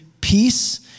peace